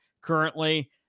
currently